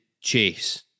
chase